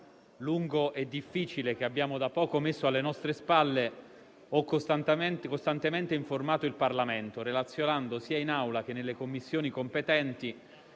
lungo e difficile, che abbiamo da poco messo alle nostre spalle, ho costantemente informato il Parlamento, relazionando, sia in Aula che nelle Commissioni competenti,